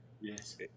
yes